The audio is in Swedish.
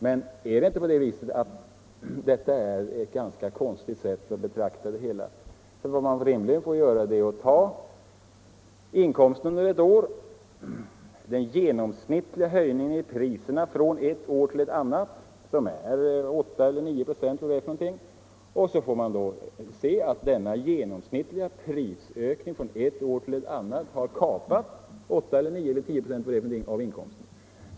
Men är inte detta ett ganska konstigt sätt att betrakta det hela? Vad man rimligen får göra är att ta inkomsten under ett år och den genomsnittliga höjningen av priserna från ett år till ett annat — 8 eller 9 946, vad den nu är. Då ser man att denna genomsnittliga prisökning från ett år till ett annat har kapat 8, 9 eller 10 96 av inkomsten.